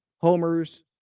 Homer's